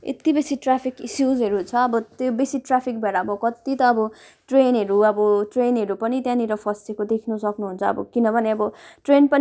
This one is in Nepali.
यति बेसी ट्राफिक इसियुजहरू छ अब त्यो बेसी ट्राफिक भएर अब कति त अब ट्रेनहरू अब ट्रेनहरू पनि त्यहाँनिर फसिएको देख्नु सक्नुहुन्छ किनभने अब